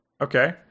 Okay